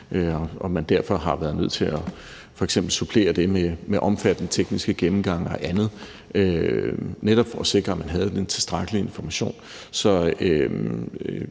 og at man derfor var nødt til f.eks. at supplere det med omfattende tekniske gennemgange og andet netop for at sikre, at man havde den tilstrækkelige information.